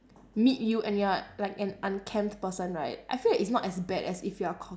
meet you and you are like an unkempt person right I feel that it's not as bad as if you are cocky